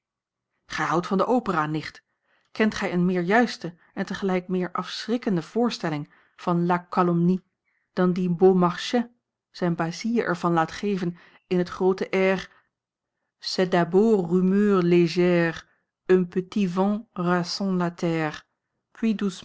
gij houdt van de opera nicht kent gij eene meer juiste en tegelijk meer afschrikkende voorstelling van la calomnie dan die beaumarchais zijn basile er van laat geven in het groote air